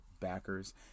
backers